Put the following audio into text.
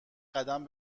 قدم